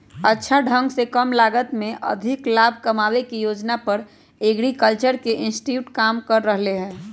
अच्छा ढंग से कम लागत में अधिक लाभ कमावे के योजना पर एग्रीकल्चरल इंस्टीट्यूट काम कर रहले है